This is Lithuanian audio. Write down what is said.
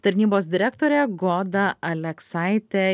tarnybos direktorė goda aleksaitė